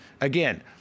Again